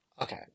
Okay